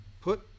Put